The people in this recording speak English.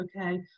okay